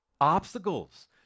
obstacles